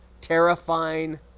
terrifying